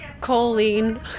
choline